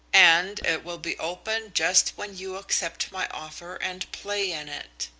and it will be opened just when you accept my offer and play in it